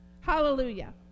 Hallelujah